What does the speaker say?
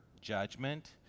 judgment